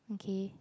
okay